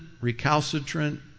recalcitrant